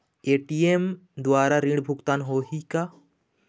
ATM द्वारा ऋण भुगतान होही का?